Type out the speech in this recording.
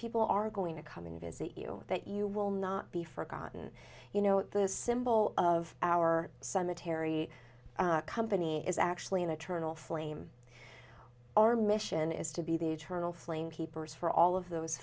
people are going to come and visit you that you will not be forgotten you know this symbol of our cemetery company is actually an eternal flame our mission is to be the eternal flame keepers for all of those